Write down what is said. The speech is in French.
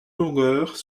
longueurs